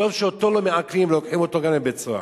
טוב שאותו לא מעקלים, לוקחים אותו גם לבית-סוהר.